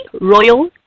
royal